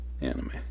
Anime